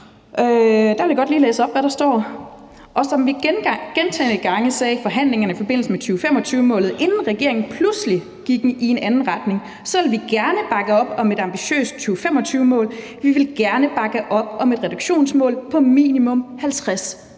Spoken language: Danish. Og som vi gentagne gange sagde i forhandlingerne i forbindelse med 2025-målet, inden regeringen pludselig gik i en anden retning, så vil vi gerne bakke op om et ambitiøst 2025-mål. Vi vil gerne bakke op om et reduktionsmål på minimum 50